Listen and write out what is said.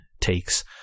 takes